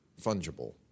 fungible